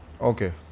Okay